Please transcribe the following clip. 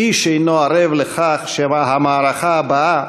איש אינו ערב לכך שהמערכה הבאה,